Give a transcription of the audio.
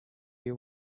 you